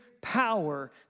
power